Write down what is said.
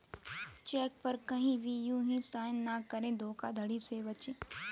check पर कहीं भी यू हीं साइन न करें धोखाधड़ी से बचे